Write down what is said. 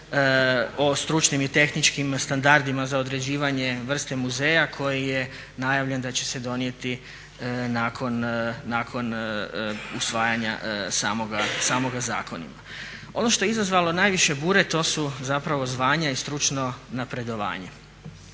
o stručnim i tehničkim standardima za određivanje vrste muzeja koji je najavljen da će se donijeti nakon usvajanja samoga zakonima. Ono što je izazvalo najviše bure, to su zapravo zvanja i stručno napredovanje.